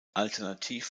alternativ